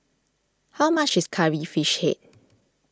how much is Curry Fish Head